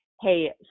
hey